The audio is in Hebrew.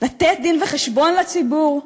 לתת דין-וחשבון לציבור,